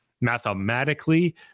mathematically